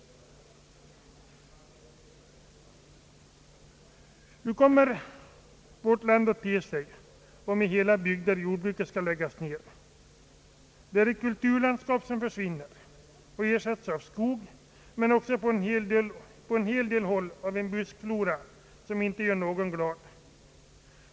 Hur kommer nu vårt land att te sig om i hela bygder jordbruket skall läggas ned? Det är ett kulturlandskap, som försvinner och ersätts av skog, men också på en hel del håll av en buskflora som inte gör någon glad.